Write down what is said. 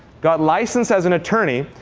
got licensed as an attorney,